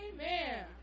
Amen